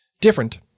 Different